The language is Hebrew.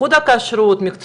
איכות הכשרות, מקצוענות.